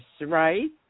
Right